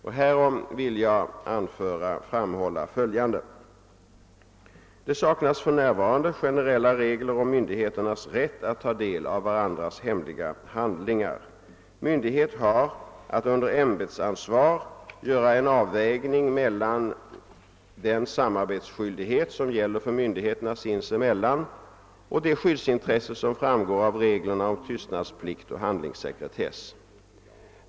Härom vill jag framhålla följande. Det saknas för närvarande generella regler om myndigheternas rätt att ta del av varandras hemliga handlingar. Myndighet har att under ämbetsansvar göra en avvägning mellan den samarbetsskyldighet, som gäller för myndigheterna sinsemellan, och det skyddsintresse, som framgår av reglerna om tystnadsplikt och handlingssekretess.